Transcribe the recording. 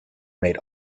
made